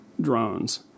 drones